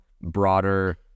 broader